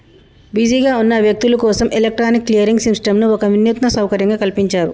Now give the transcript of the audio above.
బిజీగా ఉన్న వ్యక్తులు కోసం ఎలక్ట్రానిక్ క్లియరింగ్ సిస్టంను ఒక వినూత్న సౌకర్యంగా కల్పించారు